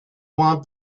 want